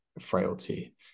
frailty